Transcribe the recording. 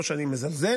לא שאני מזלזל,